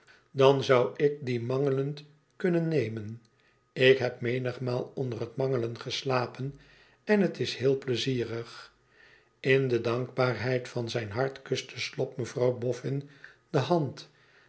dan zou ik die mangelend kunnen nemen ik heb menigmaal onder het mangelen geslapen en het is heel pleizierig in de dankbaaarheid van zijn hart kuste slop mevrouw bofön de hand